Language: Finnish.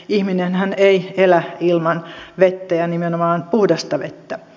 ihminenhän ei elä ilman vettä ja nimenomaan puhdasta vettä